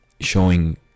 Showing